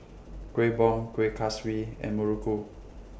Kueh Bom Kueh Kaswi and Muruku